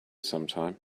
sometime